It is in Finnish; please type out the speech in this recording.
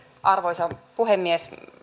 arvoisa puhemies